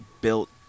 built